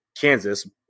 Kansas